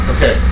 Okay